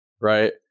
right